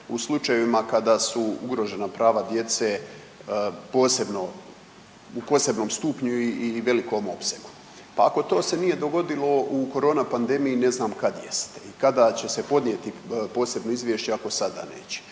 u slučajevima kada su ugrožena prava djece u posebnom stupnju i velikom opsegu. Pa ako to se nije dogodilo u korona pandemije ne znam kad jeste i kada će se podnijeti posebno izvješće ako sada neće.